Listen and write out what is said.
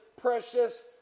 precious